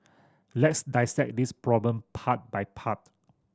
let's dissect this problem part by part